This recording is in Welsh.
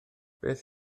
beth